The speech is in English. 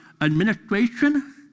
administration